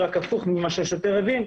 רק הפוך ממה שהשוטר הבין,